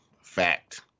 fact